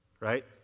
Right